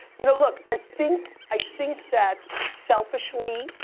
you know, look. i think i think that selfishly,